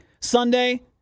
Sunday